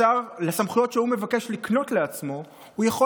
בסמכויות שהוא מבקש לקנות לעצמו הוא יכול